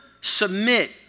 submit